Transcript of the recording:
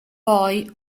poi